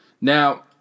Now